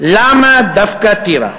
למה דווקא טירה?